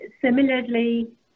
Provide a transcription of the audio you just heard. Similarly